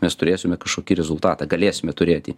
mes turėsime kažkokį rezultatą galėsime turėti